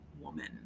woman